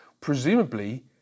Presumably